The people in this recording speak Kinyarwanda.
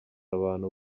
abantu